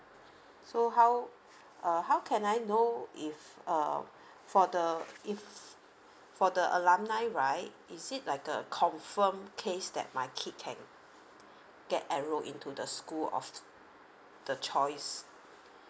so how uh how can I know if err for the if for the alumni right is it like a confirm case that my kids can get enroll into the school of the choice